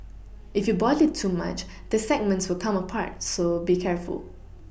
if you boil it too much the segments will come apart so be careful